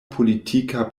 politika